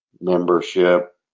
membership